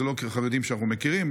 אלו לא החרדים שאנחנו מכירים,